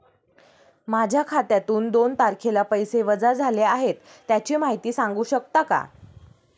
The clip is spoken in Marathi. माझ्या खात्यातून दोन तारखेला पैसे वजा झाले आहेत त्याची माहिती सांगू शकता का?